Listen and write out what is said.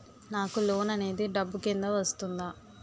నాకు లోన్ అనేది డబ్బు కిందా వస్తుందా?